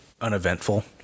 uneventful